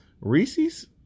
Reese's